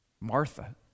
Martha